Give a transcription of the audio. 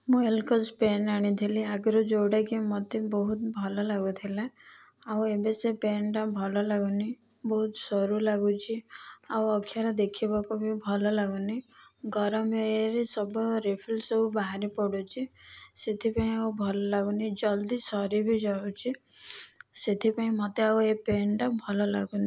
ମୁଁ ଏଲକସ୍ ପେନ୍ ଆଣିଥିଲି ଆଗୁରୁ ଯେଉଁଟା କି ମୋତେ ବହୁତ ଭଲ ଲାଗୁଥିଲା ଆଉ ଏବେ ସେ ପେନ୍ ଟା ଭଲ ଲାଗୁନି ବହୁତ ସରୁ ଲାଗୁଛି ଆଉ ଅକ୍ଷର ଦେଖିବାକୁ ବି ଭଲ ଲାଗୁନି ଗରମ ଇଏରେ ସବୁ ରିଫିଲ୍ ସବୁ ବାହାରି ପଡ଼ୁଛି ସେଥିପାଇଁ ଆଉ ଭଲ ଲାଗୁନି ଜଲଦି ସରି ବି ଯାଉଛି ସେଥିପାଇଁ ମୋତେ ଆଉ ଏ ପେନ୍ ଟା ଭଲ ଲାଗୁନି